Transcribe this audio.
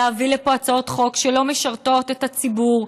להביא לפה הצעות חוק שלא משרתות את הציבור,